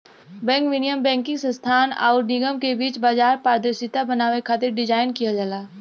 bank विनियम banking संस्थान आउर निगम के बीच बाजार पारदर्शिता बनावे खातिर डिज़ाइन किहल जाला